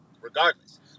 regardless